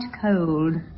cold